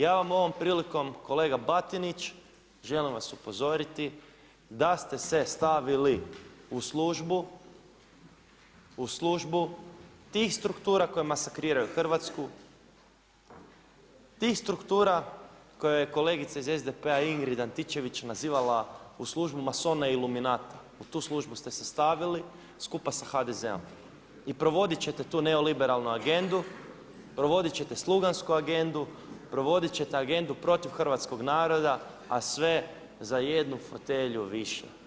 Ja vam ovom prilikom kolega Batinić, želim vas upozoriti da ste se stavili u službu tih struktura koji masakriraju Hrvatsku, tih struktura koje je kolegica iz SDP-a Ingrid Antičević nazivala u službi masona iluminata u tu službu ste se stavili skupa sa HDZ-om i provodit ćete tu neoliberalnu agendu, provodit ćete slugansku agendu, provodit ćete agendu protiv hrvatskog naroda, a sve za jednu fotelju više.